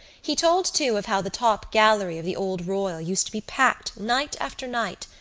he told too of how the top gallery of the old royal used to be packed night after night,